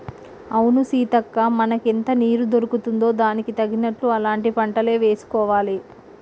అవును సీతక్క మనకెంత నీరు దొరుకుతుందో దానికి తగినట్లు అలాంటి పంటలే వేసుకోవాలి